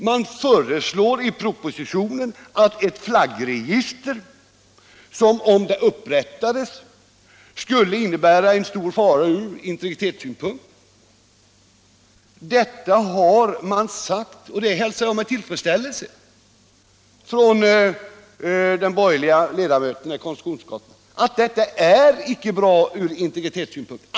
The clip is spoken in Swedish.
Man föreslår i propositionen ett flaggregister, som, om det upprättades, skulle innebära en stor fara från integritetssynpunkt. Jag hälsar med tillfredsställelse att de borgerliga ledamöterna i konstitutionsutskottet har sagt att detta icke är bra från integritetssynpunkt.